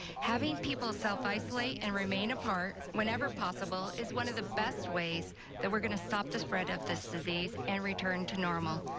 having people self-isolate and remain apart whenever possible is one of the best ways that we're going to stop the spread of this disease and return to normal.